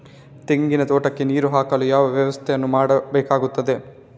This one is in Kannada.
ತೆಂಗಿನ ತೋಟಕ್ಕೆ ನೀರು ಹಾಕಲು ಯಾವ ವ್ಯವಸ್ಥೆಯನ್ನು ಮಾಡಬೇಕಾಗ್ತದೆ?